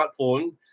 smartphone